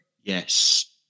Yes